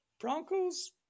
Broncos